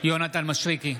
יונתן מישרקי,